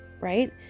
Right